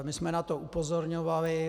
My jsme na to upozorňovali.